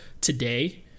today